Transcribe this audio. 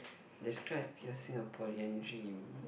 describe your Singaporean dream